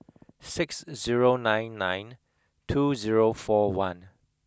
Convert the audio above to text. six zero nine nine two zero four one